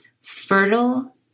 Fertile